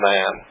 Man